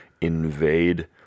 invade